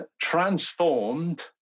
transformed